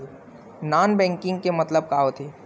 Non banking के मतलब का होथे?